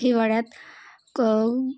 हिवाळ्यात क